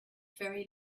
very